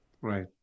Right